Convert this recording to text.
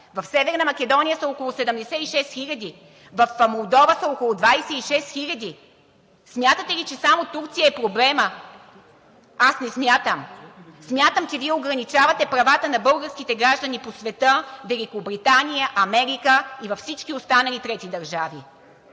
В Северна Македония са около 76 хиляди; в Молдова са около 26 хиляди. Смятате ли, че само Турция е проблемът. (Реплики.) Аз не смятам. Смятам, че Вие ограничавате правата на българските граждани по света – Великобритания, Америка и всички останали трети държави.